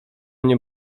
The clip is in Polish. mnie